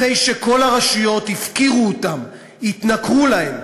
אחרי שכל הרשויות הפקירו אותם, התנכרו להם: